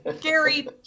Gary